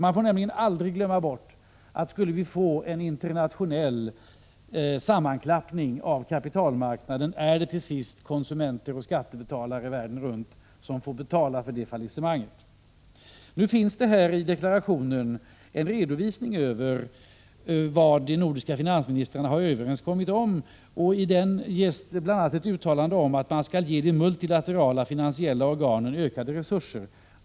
Man får nämligen aldrig glömma bort att om en internationell sammanklappning skulle ske av kapitalmarknaden, är det till sist konsumenter och skattebetalare världen runt som får betala för detta fallissemang. Nu finns det i deklarationen en redovisning av vad de nordiska finansministrarna har kommit överens om: I deklarationen uttalas bl.a. att man skall ge de multilaterala finansiella organen ökade resurser.